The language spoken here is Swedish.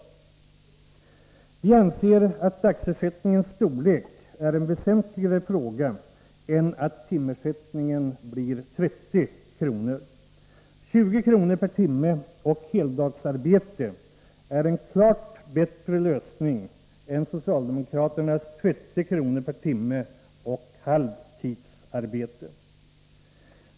Centern anser att dagsersättningens storlek är en väsentligare fråga än timersättningens. 20 kr. per timme och heldagsarbete är en klart bättre lösning än socialdemokraternas 30 kr. per timme och halvdagsarbete.